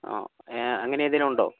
ആ എ അങ്ങനെ ഏതെങ്കിലും ഉണ്ടോ